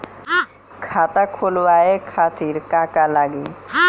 खाता खोलवाए खातिर का का लागी?